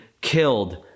killed